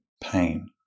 pain